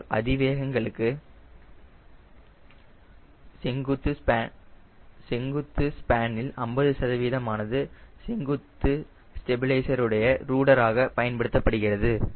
ஆனால் அதிவேகங்களுக்கு செங்குத்து ஸ்பேனில் 50 ஆனது செங்குத்து ஸ்டெபிலைசருடைய ரூடராக பயன்படுத்தப்படுகிறது